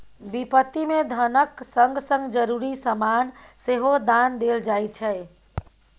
बिपत्ति मे धनक संग संग जरुरी समान सेहो दान देल जाइ छै